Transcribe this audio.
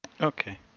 Okay